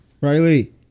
riley